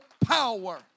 power